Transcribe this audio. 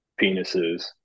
penises